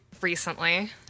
recently